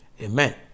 amen